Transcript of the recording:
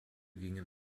gingen